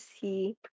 see